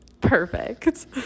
Perfect